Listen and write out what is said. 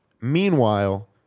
Meanwhile